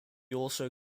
also